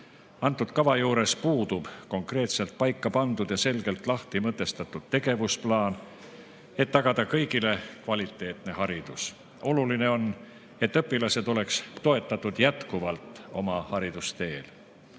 kava juures puudub konkreetselt paika pandud ja selgelt lahti mõtestatud tegevusplaan, et tagada kõigile kvaliteetne haridus. Oluline on, et õpilased oleks oma haridusteel